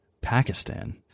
Pakistan